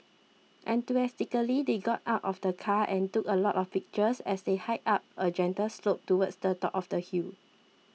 enthusiastically they got out of the car and took a lot of pictures as they hiked up a gentle slope towards the top of the hill